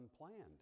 unplanned